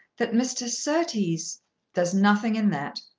that mr. surtees there's nothing in that.